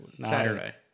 Saturday